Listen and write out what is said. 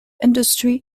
industry